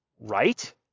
Right